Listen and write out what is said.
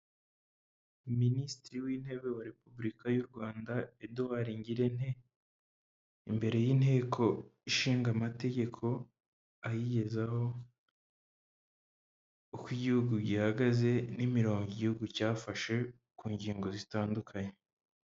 Minisitiri w'intebe wa repubulika y'u Rwanda, Edouard Ngirente imbere y'inteko ishinga amategeko, ayigezaho uko igihugu gihagaze, n'imirongo igihugu cyafashe ku ngingo zitandukanye